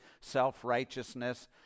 self-righteousness